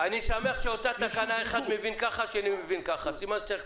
אתה מבין שיש בעיה עם זה שאנחנו עושים